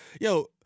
Yo